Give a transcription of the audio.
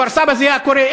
בכפר-סבא זה היה קורה?